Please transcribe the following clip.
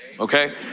Okay